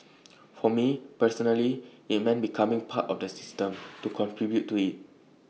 for me personally IT meant becoming part of the system to contribute to IT